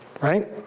Right